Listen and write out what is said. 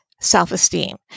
self-esteem